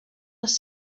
les